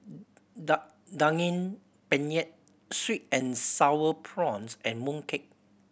Daging Penyet sweet and Sour Prawns and mooncake